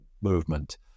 movement